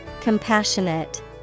Compassionate